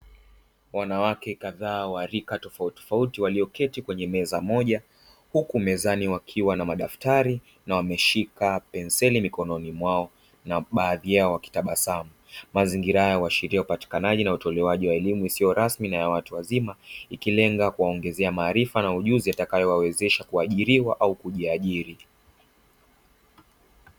Wanawake kadhaa wa rika tofauti tofauti walioketi kwenye meza moja huku mezani wakiwa na madaftari na wameshika penseli mikononi mwao na baadhi yao wakitabasamu, mazingira haya huashiria upatikanaji na utolewaji wa elimu isiyo rasmi na ya watu wazima, ikilenga kuwaongezea maarifa na yatakayowawezesha kuajiriwa au kujiajiri.